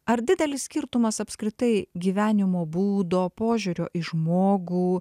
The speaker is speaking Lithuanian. ar didelis skirtumas apskritai gyvenimo būdo požiūrio į žmogų